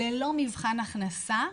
ללא מבחן הכנסה,